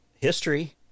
history